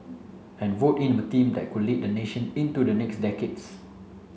and vote in a team that could lead the nation into the next decades